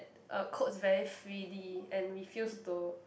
uh codes very freely and refuse to